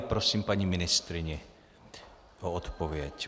Prosím paní ministryni o odpověď.